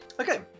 Okay